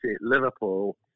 Liverpool